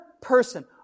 person